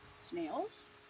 Snails